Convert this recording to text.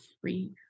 free